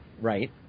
right